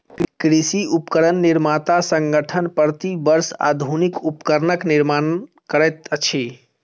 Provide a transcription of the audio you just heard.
कृषि उपकरण निर्माता संगठन, प्रति वर्ष आधुनिक उपकरणक निर्माण करैत अछि